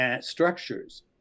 structures